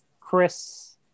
Chris